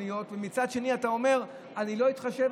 להיות ומצד שני אתה אומר: אני לא אתחשב,